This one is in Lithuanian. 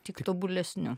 tik tobulesnių